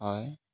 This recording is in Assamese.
হয়